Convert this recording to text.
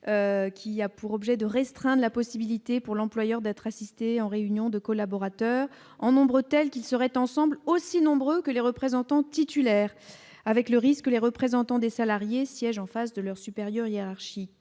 qui a pour objet de restreindre la possibilité pour l'employeur d'être assistés en réunion de collaborateurs en nombre tels qu'ils seraient ensemble aussi nombreux que les représentants titulaires avec le risque, les représentants des salariés siègent en face de leur supérieur hiérarchique,